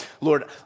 Lord